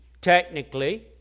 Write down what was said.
technically